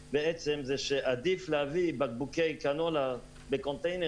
מה שזה אומר זה שעדיף להביא בקבוקי קנולה במכולות,